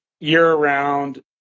year-round